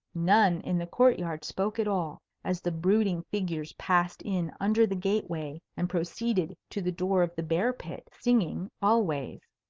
none in the court-yard spoke at all, as the brooding figures passed in under the gateway and proceeded to the door of the bear-pit, singing always.